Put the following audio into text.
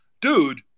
dude